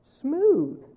smooth